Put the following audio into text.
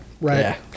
right